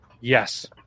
Yes